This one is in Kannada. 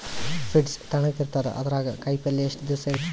ಫ್ರಿಡ್ಜ್ ತಣಗ ಇರತದ, ಅದರಾಗ ಕಾಯಿಪಲ್ಯ ಎಷ್ಟ ದಿವ್ಸ ಕೆಡಲ್ಲ?